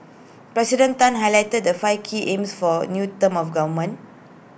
President Tan highlighted the five key aims for the new term of government